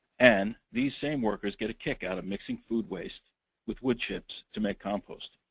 and these same workers get a kick out of mixing food waste with wood chips to make compost.